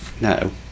no